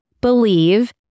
Believe